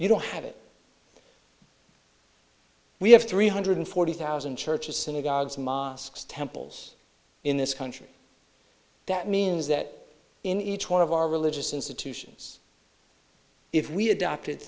you don't have it we have three hundred forty thousand churches synagogues mosques temples in this country that means that in each one of our religious institutions if we adopted